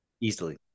Easily